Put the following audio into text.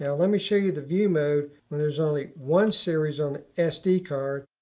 ah let me show you the view mode when there's only one series on the sd card.